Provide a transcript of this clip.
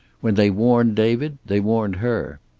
when they warned david they warned her.